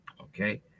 Okay